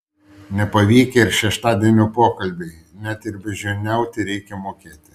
nepavykę ir šeštadienio pokalbiai net ir beždžioniauti reikia mokėti